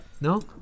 No